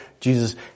Jesus